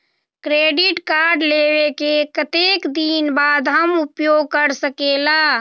Credit card लेबे के कतेक दिन बाद हम उपयोग कर सकेला?